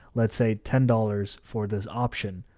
let's say ten dollars for this option,